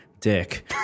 Dick